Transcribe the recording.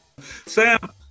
Sam